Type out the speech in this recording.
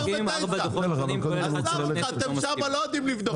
אתם שם לא יודעים לבדוק.